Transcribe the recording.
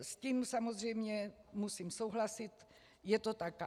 S tím samozřejmě musím souhlasit, je to tak.